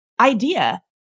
idea